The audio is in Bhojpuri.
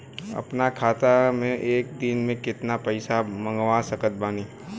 अपना खाता मे एक दिन मे केतना पईसा मँगवा सकत बानी?